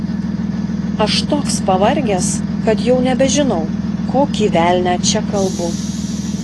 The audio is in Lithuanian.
aš toks pavargęs kad jau nebežinau kokį velnią čia kalbu